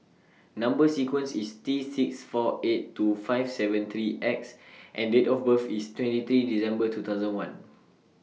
Number sequence IS T six four eight two five seven three X and Date of birth IS twenty three December two thousand one